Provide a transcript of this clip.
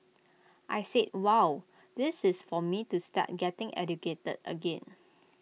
I said wow this is for me to start getting educated again